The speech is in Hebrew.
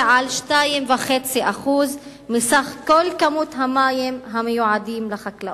על 2.5% מכל כמות המים המיועדים לחקלאות,